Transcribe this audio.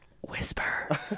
whisper